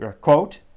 quote